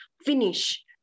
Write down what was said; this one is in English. finish